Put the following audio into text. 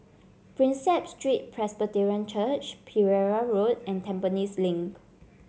Prinsep Street Presbyterian Church Pereira Road and Tampines Link